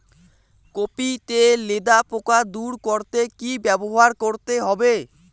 Copy তে লেদা পোকা দূর করতে কি ব্যবহার করতে হবে?